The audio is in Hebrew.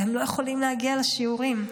והם לא יכולים להגיע לשיעורים.